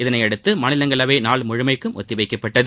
இதனையடுத்து மாநிலங்களவை நாள் முழுமைக்கும் ஒத்திவைக்கப்பட்டது